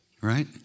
right